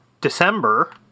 December